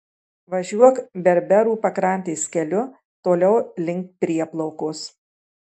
važiuok berberų pakrantės keliu toliau link prieplaukos